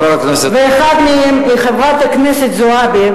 ואחת מהם היא חברת הכנסת זועבי,